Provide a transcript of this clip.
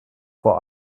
vor